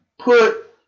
Put